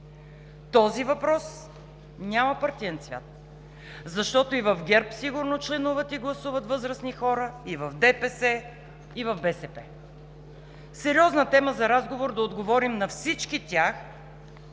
Този въпрос няма партиен цвят, защото и в ГЕРБ сигурно членуват и гласуват възрастни хора, и в ДПС, и в БСП – сериозна тема на разговор, за да отговорим на всички тях,